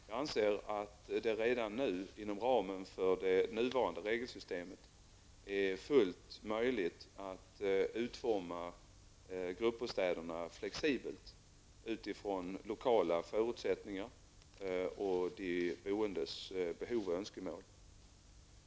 Jag anser att det redan nu, inom ramen för det nuvarande regelsystemet, är fullt möjligt att utforma gruppbostäderna flexibelt, utifrån lokala förutsättningar och de boendes behov och önskemål.